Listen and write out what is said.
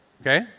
Okay